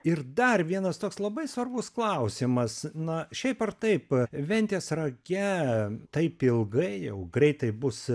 ir dar vienas toks labai svarbus klausimas na šiaip ar taip ventės rage taip ilgai jau greitai bus